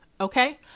okay